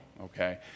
okay